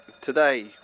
Today